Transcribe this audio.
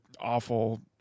awful